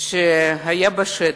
שהיתה בשטח.